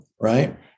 right